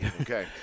Okay